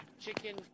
Chicken